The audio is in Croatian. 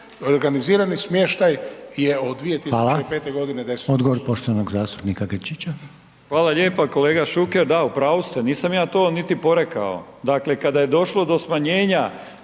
organizirani smještaj je od 2005. g. 10%.